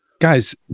Guys